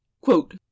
Quote